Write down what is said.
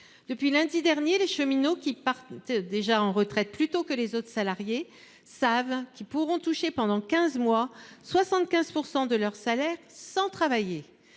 Depuis lundi dernier, les cheminots, qui, déjà, partent à la retraite plus tôt que les autres salariés, savent qu’ils pourront toucher pendant quinze mois 75 % de leur salaire sans travailler.